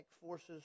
forces